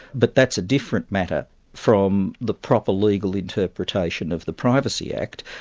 but that's a different matter from the proper legal interpretation of the privacy act,